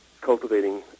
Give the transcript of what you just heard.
cultivating